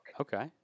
Okay